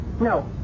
No